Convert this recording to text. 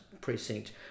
precinct